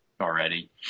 already